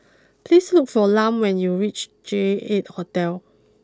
please look for Lum when you reach J eight Hotel